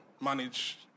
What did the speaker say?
manage